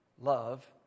Love